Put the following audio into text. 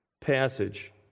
passage